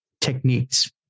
techniques